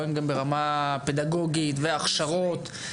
גם ברמה הפדגוגית והכשרות.